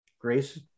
grace